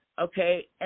okay